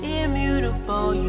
immutable